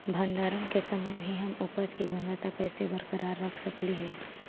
भंडारण के समय भी हम उपज की गुणवत्ता कैसे बरकरार रख सकली हे?